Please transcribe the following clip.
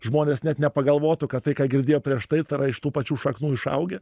žmonės net nepagalvotų kad tai ką girdėjo prieš tai tai yra iš tų pačių šaknų išaugę